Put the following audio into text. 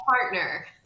partner